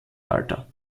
alter